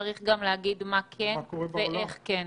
צריך להגיד מה כן ואיך כן.